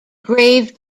grave